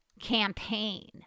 campaign